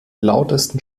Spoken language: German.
lautesten